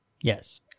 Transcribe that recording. Yes